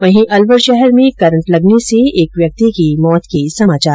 वहीं अलवर शहर में करंट लगने से एक व्यक्ति की मौत हो गयी